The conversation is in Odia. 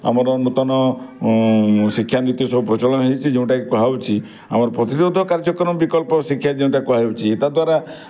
ଆମର ନୂତନ ଶିକ୍ଷା ନୀତି ସବୁ ପ୍ରଚଳନ ହେଉଛି ଯେଉଁଟାକି କୁହାହେଉଛି ଆମର ପ୍ରତିରୋଧ କାର୍ଯ୍ୟକ୍ରମ ବିକଳ୍ପ ଶିକ୍ଷା ଯେଉଁଟା କୁହାହେଉଛି ଏତଦ୍ ଦ୍ୱାରା